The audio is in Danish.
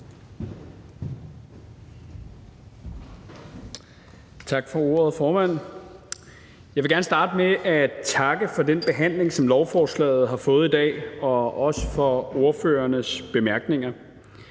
Tak for ordet, formand. Jeg vil gerne starte med at takke for den behandling, som lovforslaget har fået i dag, og også for ordførernes bemærkninger.